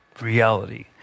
reality